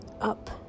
up